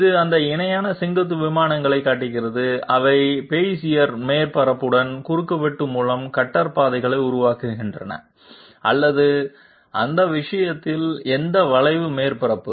இது அந்த இணையான செங்குத்து விமானங்களைக் காட்டுகிறது அவை பெசியர் மேற்பரப்புடன் குறுக்குவெட்டு மூலம் கட்டர் பாதைகளை உருவாக்குகின்றன அல்லது அந்த விஷயத்தில் எந்த வளைந்த மேற்பரப்பும்